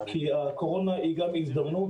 הקורונה היא גם הזדמנות.